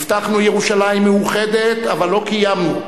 הבטחנו ירושלים מאוחדת אבל לא קיימנו.